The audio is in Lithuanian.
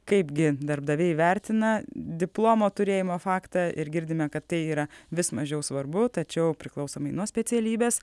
kaipgi darbdaviai vertina diplomo turėjimo faktą ir girdime kad tai yra vis mažiau svarbu tačiau priklausomai nuo specialybės